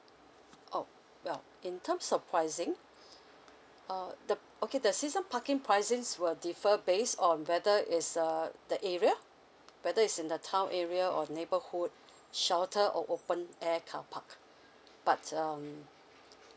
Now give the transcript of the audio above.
oh oh in terms of pricing err the okay the season parking pricing will differ based on whether is uh the area whether it's in the town area or neighborhood shelter or open air carpark but um